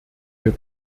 wir